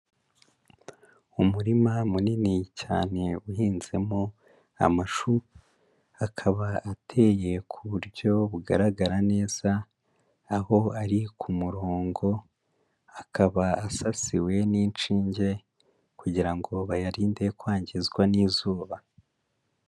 Umurima munini cyane uhinzemo amashu, akaba ateye ku buryo bugaragara neza, aho ari ku murongo, akaba asasiwe n'inshinge kugira ngo bayarinde kwangizwa n'izuba.